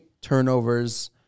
turnovers